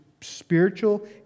spiritual